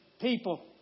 people